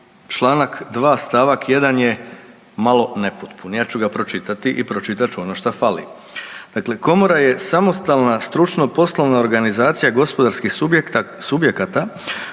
članak 2. stavak 1. je malo nepotpun. Ja ću ga pročitati i pročitat ću ono što fali. Dakle, Komora je samostalna stručno-poslovna organizacija gospodarskih subjekata